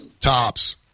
Tops